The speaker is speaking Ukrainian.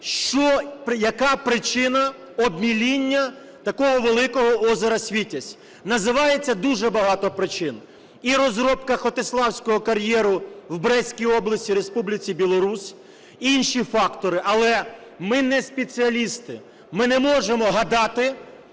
яка причина обміління такого великого озера Світязь. Називається дуже багато причин: і розробка Хотиславського кар'єру в Брестській області, Республіці Білорусь, і інші фактори. Але ми не спеціалісти, ми не можемо гадати